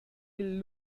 dil